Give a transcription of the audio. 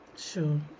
Sure